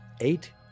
Eight